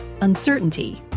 uncertainty